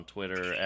Twitter